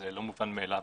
זה לא מובן מאליו.